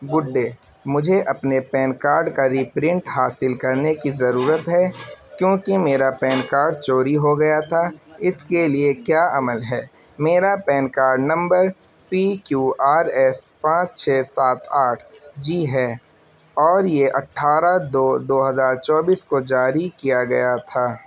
good day مجھے اپنے PAN card کا ریپرنٹ حاصل کرنے کی ضرورت ہے کیونکہ میرا پین کارڈ چوری ہو گیا تھا اس کے لیے کیا عمل ہے میرا PAN card number P Q R S پانچ چھ سات آٹھ جی ہے اور یہ اٹھارہ دو دو ہزار چوبیس کو جاری کیا گیا تھا